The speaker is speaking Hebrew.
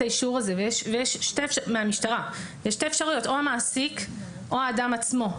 האישור הזה מהמשטרה וכאן יש שתי אפשרויות: או המעסיק או האדם עצמו,